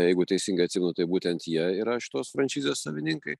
jeigu teisingai atsimenu tai būtent jie yra šitos franšizės savininkai